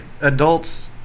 adults